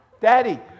Daddy